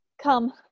Come